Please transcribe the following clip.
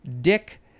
dick